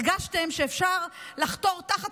הרגשתם שאפשר לחתור תחת